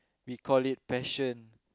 we call it passion